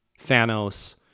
Thanos